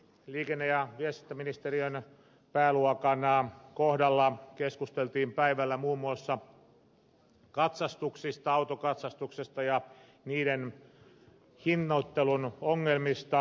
liikenne ja viestintäministeriön pääluokan kohdalla keskusteltiin päivällä muun muassa autokatsastuksista ja niiden hinnoittelun ongelmista